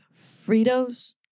Fritos